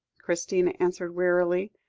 christina answered wearily.